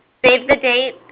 save the date,